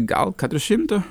gal kad už šimtą